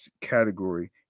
category